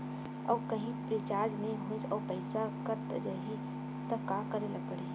आऊ कहीं रिचार्ज नई होइस आऊ पईसा कत जहीं का करेला पढाही?